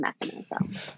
mechanism